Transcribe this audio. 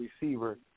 receiver